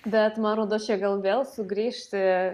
bet man rodos čia gal vėl sugrįžti